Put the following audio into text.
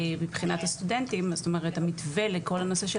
מבחינת הסטודנטים,